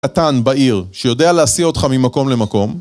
קטן בעיר, שיודע להסיע אותך ממקום למקום,